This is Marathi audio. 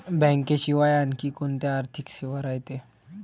बँकेशिवाय आनखी कोंत्या आर्थिक सेवा रायते?